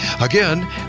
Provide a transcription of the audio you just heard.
Again